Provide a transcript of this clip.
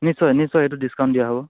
নিশ্চয় নিশ্চয় এইটো ডিচকাউণ্ট দিয়া হ'ব